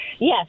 Yes